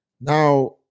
Now